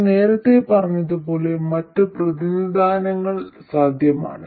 ഞാൻ നേരത്തെ പറഞ്ഞതുപോലെ മറ്റ് പ്രതിനിധാനങ്ങൾ സാധ്യമാണ്